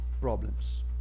problems